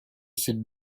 sit